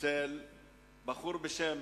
של בחור בשם